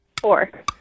Four